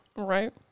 Right